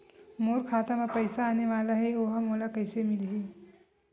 मोर खाता म पईसा आने वाला हे ओहा मोला कइसे मिलही?